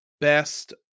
best